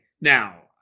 Now